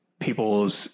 people's